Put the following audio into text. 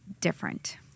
Different